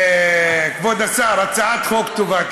כבוד השר, הצעת חוק טובה.